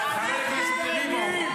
רביבו,